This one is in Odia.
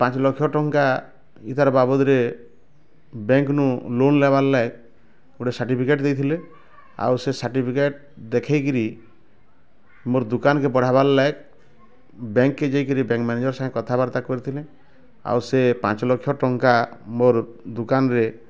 ପାଞ୍ଚ ଲକ୍ଷ ଟଙ୍କା ଇଧର ବାବଦରେ ବ୍ୟାଙ୍କନୁ ଲୋନ୍ ଲେବାଲଲାଗି ଗୋଟେ ସାର୍ଟିଫିକେଟ୍ ଦେଇଥିଲେ ଆଉ ସେ ସାର୍ଟିଫିକେଟ୍ ଦେଖେଇକିରି ମୋର ଦୁକାନ କେ ବଢ଼ାବାର ଲାଗ୍ ବ୍ୟାଙ୍କ କି ଯାଇକିରି ବ୍ୟାଙ୍କ ମ୍ୟାନେଜର ସାଙ୍ଗେ କଥାବାର୍ତ୍ତା କରିଥିଲି ଆଉ ସେ ପାଞ୍ଚ ଲକ୍ଷ ଟଙ୍କା ମୋର ଦୁକାନରେ